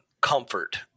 comfort